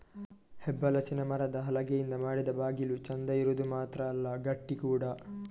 ಹೆಬ್ಬಲಸಿನ ಮರದ ಹಲಗೆಯಿಂದ ಮಾಡಿದ ಬಾಗಿಲು ಚಂದ ಇರುದು ಮಾತ್ರ ಅಲ್ಲ ಗಟ್ಟಿ ಕೂಡಾ